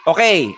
Okay